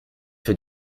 fait